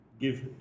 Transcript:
Give